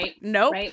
nope